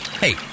Hey